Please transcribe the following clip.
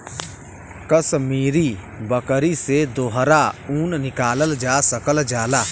कसमीरी बकरी से दोहरा ऊन निकालल जा सकल जाला